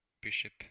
Bishop